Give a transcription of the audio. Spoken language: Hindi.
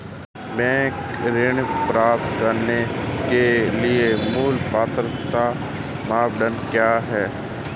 बैंक ऋण प्राप्त करने के लिए मूल पात्रता मानदंड क्या हैं?